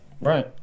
Right